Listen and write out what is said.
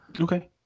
Okay